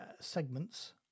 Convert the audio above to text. segments